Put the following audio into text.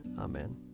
Amen